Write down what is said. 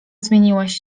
zmieniłaś